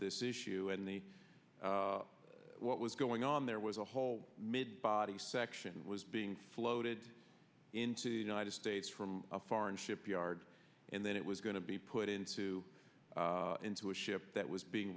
this issue in the what was going on there was a whole mid body section was being floated into the united states from a foreign shipyard and then it was going to be put into into a ship that was being